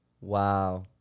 Wow